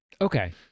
Okay